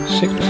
six